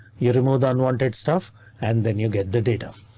you remove the unwanted stuff and then you get the data